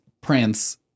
Prince